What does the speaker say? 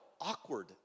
awkward